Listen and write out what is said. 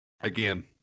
Again